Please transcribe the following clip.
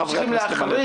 אנחנו צריכים להחריג,